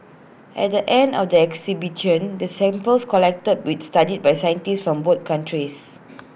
at the end of the expedition the samples collected with studied by scientists from both countries